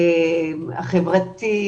החברתי,